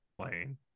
playing